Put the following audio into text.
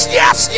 yes